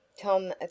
Tom